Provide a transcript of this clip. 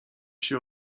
się